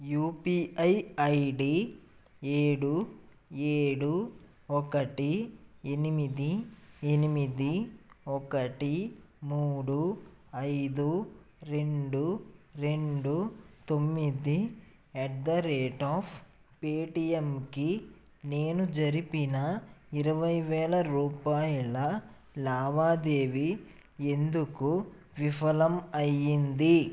UPI ID ఏడు ఏడు ఒకటి ఎనిమిది ఎనిమిది ఒకటి మూడు ఐదు రెండు రెండు తొమ్మిది అట్ ది రేట్ అఫ్ పేటిఎంకి నేను జరిపిన ఇరవై వేల రూపాయల లావాదేవీ ఎందుకు విఫలం అయింది